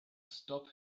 stop